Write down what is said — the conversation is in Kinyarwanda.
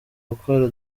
gukora